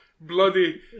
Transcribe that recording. bloody